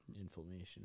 Inflammation